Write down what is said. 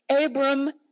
Abram